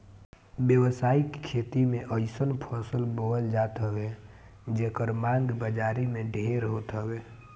व्यावसायिक खेती में अइसन फसल बोअल जात हवे जेकर मांग बाजारी में ढेर होत हवे